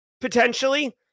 potentially